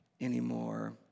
anymore